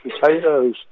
potatoes